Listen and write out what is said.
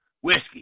whiskey